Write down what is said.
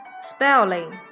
spelling